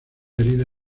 herida